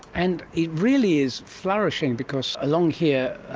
and it really is flourishing because along here, ah